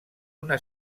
una